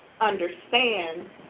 understand